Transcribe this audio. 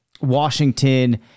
Washington